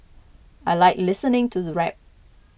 I like listening to the rap